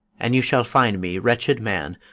and you shall find me, wretched man,